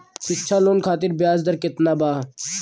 शिक्षा लोन खातिर ब्याज दर केतना बा?